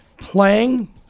playing